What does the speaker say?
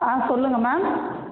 ஆ சொல்லுங்கள் மேம்